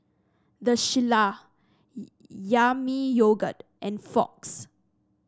The Shilla Yami Yogurt and Fox